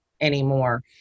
anymore